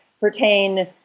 pertain